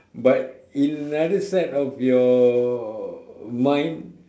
but in another side of your mind